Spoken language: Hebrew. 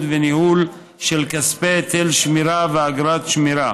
וניהול של כספי היטל שמירה ואגרת שמירה.